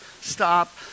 stop